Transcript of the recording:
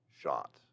shot